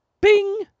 Bing